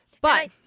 But-